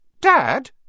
Dad